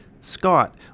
Scott